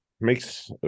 makes